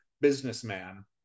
businessman